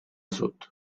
sud